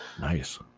Nice